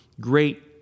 great